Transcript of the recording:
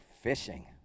fishing